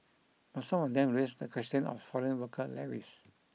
but some of them raise the question of foreign worker levies